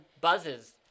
buzzes